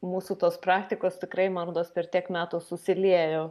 mūsų tos praktikos tikrai man rodos per tiek metų susiliejo